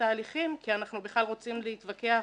ההליכים כי אנחנו רוצים להתווכח